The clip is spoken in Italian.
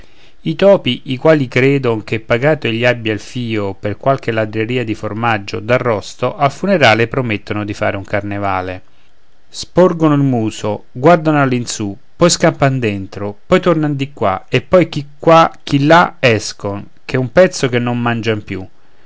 i topi i quali credon che pagato egli abbia il fio per qualche ladreria di formaggio o d'arrosto al funerale promettono di fare un carnevale sporgono il muso guardano all'insù poi scappan dentro poi tornan di qua e poi chi qua chi là escon ch'è un pezzo che non mangian più